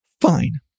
Fine